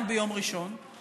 רק ביום ראשון.